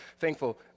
thankful